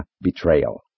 Betrayal